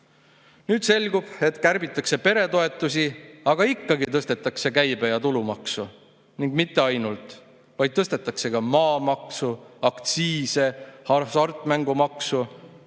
selgub, et kärbitakse peretoetusi, aga ikkagi tõstetakse käibe‑ ja tulumaksu ning mitte ainult – tõstetakse ka maamaksu, aktsiise, hasartmängumaksu.